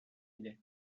иде